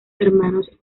hermanos